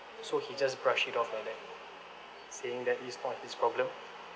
so he just brushed it off like that saying that it's not his problem